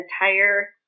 entire